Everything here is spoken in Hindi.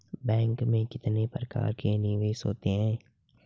बैंक में कितने प्रकार के निवेश होते हैं?